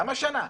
למה שנה?